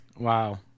Wow